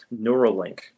Neuralink